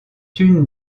une